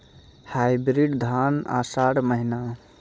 Hybrid धान आषाढ़ महीना?